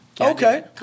Okay